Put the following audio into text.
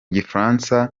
gifaransa